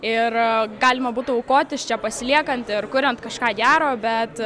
ir galima būtų aukotis čia pasiliekant ir kuriant kažką gero bet